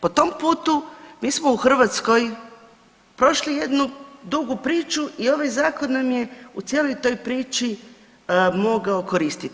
Po tom putu, mi smo u Hrvatskoj prošli jednu dugu priču i ovaj Zakon nam je u cijeloj toj priči mogao koristiti.